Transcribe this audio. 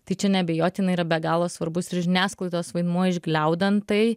tai neabejotinai yra be galo svarbus ir žiniasklaidos vaidmuo išgliaudant tai